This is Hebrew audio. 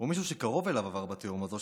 או שמישהו שקרוב אליו עבר בתהום הזו,